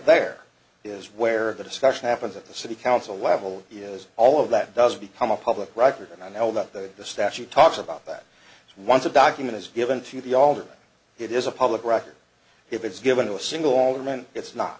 there is where the discussion happens at the city council level is all of that does become a public record and i know that the the statute talks about that once a document is given to the alderman it is a public record if it's given to a single alderman it's not